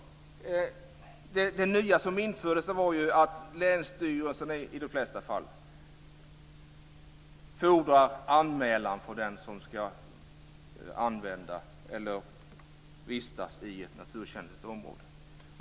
Det nya som infördes, Eskil Erlandsson, var att länsstyrelserna, i de flesta fall, fordrar anmälan från den som ska vistas i ett naturkänsligt område.